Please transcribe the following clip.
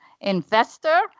investor